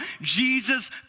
Jesus